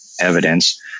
evidence